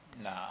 nah